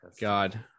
god